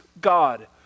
God